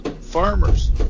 farmers